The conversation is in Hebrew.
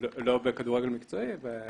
שמעוניינים להשתחרר מקבוצה והם